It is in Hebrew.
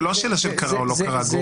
זאת לא השאלה של קרה או לא קרה, גור.